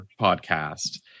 podcast